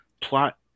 plot